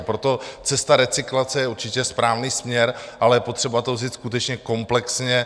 A proto cesta recyklace je určitě správný směr, ale je potřeba to vzít skutečně komplexně.